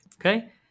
Okay